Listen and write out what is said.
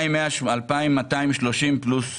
2,230 פלוס מע"מ.